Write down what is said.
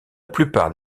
plupart